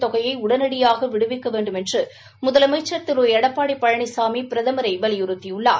தொகையை உடனடியாக விடுவிக்க வேண்டுமென்று முதலமைச்ச் திரு எடப்பாடி பழனிசாமி பிரதமரை வலியுறுத்தியுள்ளார்